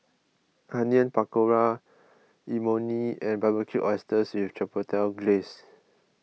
Onion Pakora Imoni and Barbecued Oysters with Chipotle Glaze